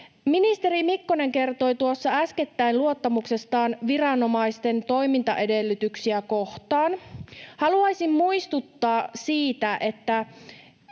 Ministeri Mikkonen kertoi tuossa äskettäin luottamuksestaan viranomaisten toimintaedellytyksiä kohtaan. Haluaisin muistuttaa siitä, että...